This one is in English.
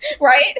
right